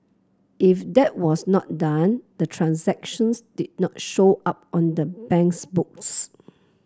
if that was not done the transactions did not show up on the bank's books